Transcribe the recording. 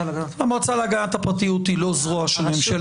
המועצה להגנת הפרטיות היא לא זרוע של ממשלת ישראל.